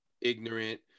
ignorant